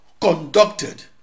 conducted